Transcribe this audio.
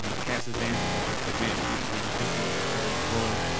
um the cash advances have helped prevent people from being evicted, as you heard before,